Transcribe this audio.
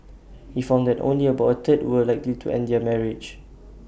he found that only about A third were likely to end their marriage